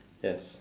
yes